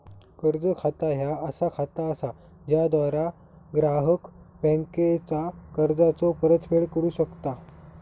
कर्ज खाता ह्या असा खाता असा ज्याद्वारा ग्राहक बँकेचा कर्जाचो परतफेड करू शकता